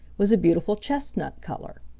was a beautiful chestnut color.